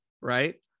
right